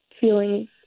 feelings